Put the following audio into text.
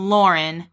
Lauren